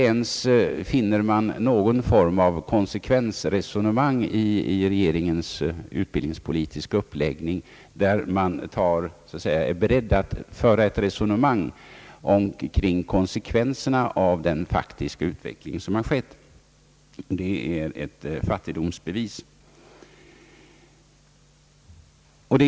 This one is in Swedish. Regeringen är emellertid i sin utbildningspolitiska uppläggning inte beredd att ens föra ett resonemang kring konsekvenserna av den faktiska utveckling som skett, och det är ett fattigdomsbevis.